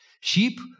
Sheep